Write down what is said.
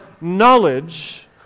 knowledge